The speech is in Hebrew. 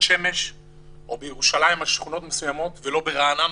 שמש או בירושלים על שכונות מסוימות ולא ברעננה,